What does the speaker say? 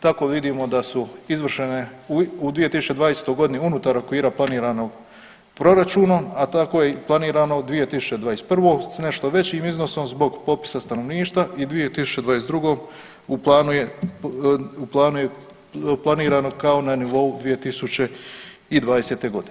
Tako vidimo da su izvršene u 2020. godini unutar okvira planiranog proračunom, a tako je planirano u 2021. sa nešto većim iznosom zbog popisa stanovništva i 2022. u planu je planirano kao na nivou 2020. godine.